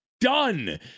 done